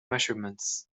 measurements